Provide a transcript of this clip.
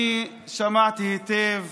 אני שמעתי היטב